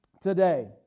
Today